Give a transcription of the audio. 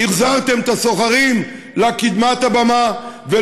החזרתם את הסוחרים לקדמת הבמה, תודה.